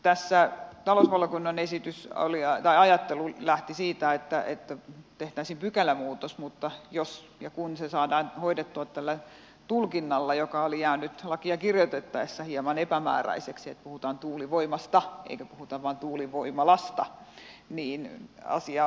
tässä talousvaliokunnan ajattelu lähti siitä että tehtäisiin pykälämuutos mutta jos ja kun se saadaan hoidettua tällä tulkinnalla joka oli jäänyt lakia kirjoitettaessa hieman epämääräiseksi että puhutaan tuulivoimasta eikä puhuta vain tuulivoimalasta niin asia on hoidossa